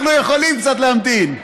אנחנו יכולים קצת להמתין.